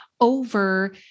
over